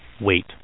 wait